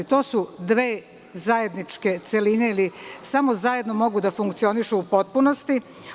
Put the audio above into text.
To su dve zajedničke celine i samo zajedno mogu da funkcionišu u potpunosti.